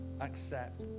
accept